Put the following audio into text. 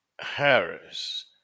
Harris